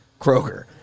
Kroger